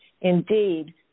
Indeed